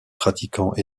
pratiquants